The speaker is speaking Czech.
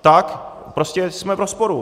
Tak prostě jsme v rozporu.